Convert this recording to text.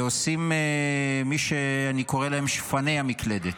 עושים מי שאני קורא להם "שפני המקלדת",